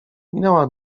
minęła